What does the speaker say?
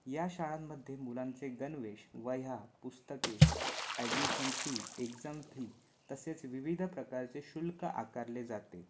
या शाळांमध्ये मुलांचे गणवेश वह्या पुस्तके ॲडमिशन फी एक्झाम फी तसेच विविध प्रकारचे शुल्क आकारले जाते